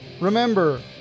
Remember